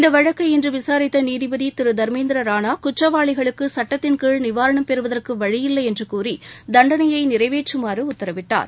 இந்த வழக்கை இன்று விசாரித்த நீதிபதி திரு தர்மேந்திரா ராணா குற்றவாளிகளுக்கு சட்டத்தின் கீழ் நிவாரணம் பெறுவதற்கு வழியில்லை என்று கூறி தண்டனையை நிறைவேற்றுமாறு உத்தரவிட்டார்